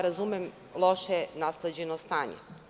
Razumem loše nasleđeno stanje.